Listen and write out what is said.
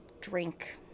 drink